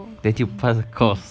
fail